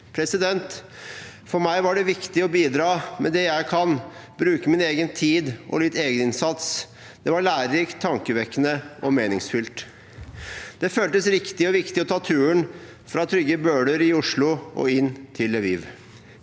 i Lviv. For meg var det viktig å bidra med det jeg kan, bruke min egen tid og litt egeninnsats. Det var lærerikt, tankevekkende og meningsfylt. Det føltes riktig og viktig å ta turen fra trygge Bøler i Oslo og til Lviv.